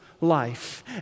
life